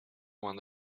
points